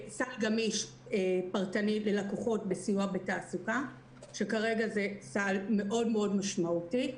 סל גמיש פרטני ללקוחות סיוע בתעסוקה כשכרגע זה סל מאוד מאוד משמעותי.